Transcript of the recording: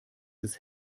des